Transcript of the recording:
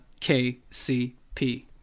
KCP